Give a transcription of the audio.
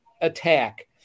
attack